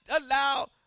allow